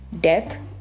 Death